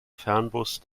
fernbus